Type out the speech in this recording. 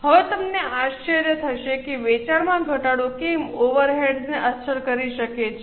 હવે તમને આશ્ચર્ય થશે કે વેચાણમાં ઘટાડો કેમ ઓવરહેડ્સને અસર કરી શકે છે